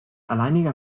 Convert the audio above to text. alleiniger